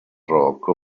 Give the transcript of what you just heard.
rocco